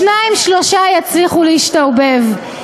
שניים-שלושה יצליחו להשתרבב.